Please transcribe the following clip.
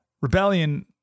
Rebellion